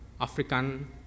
African